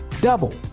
double